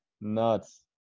Nuts